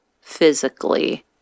physically